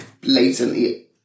blatantly